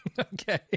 okay